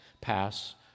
Pass